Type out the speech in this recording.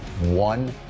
one